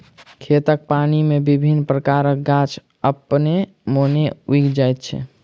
खेतक पानि मे विभिन्न प्रकारक गाछ अपने मोने उगि जाइत छै